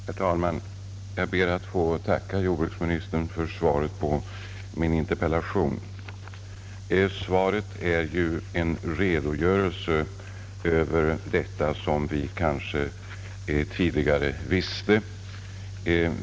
Herr talman! Jag ber att få tacka jordbruksministern för svaret på min interpellation. Det var emellertid en redogörelse över sådant som vi väl redan tidigare visste.